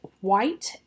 white